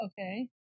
Okay